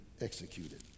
executed